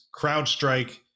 CrowdStrike